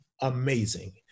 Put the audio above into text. amazing